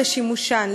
לשימושן,